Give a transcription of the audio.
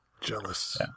Jealous